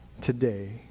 today